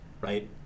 Right